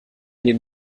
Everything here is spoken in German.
den